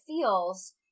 feels